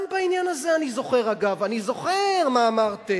גם בעניין הזה אני זוכר, אגב, אני זוכר מה אמרתם: